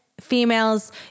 females